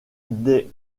des